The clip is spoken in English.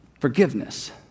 forgiveness